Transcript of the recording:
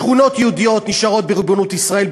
שכונות יהודיות נשארות בריבונות ישראל,